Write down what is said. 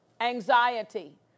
Anxiety